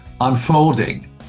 unfolding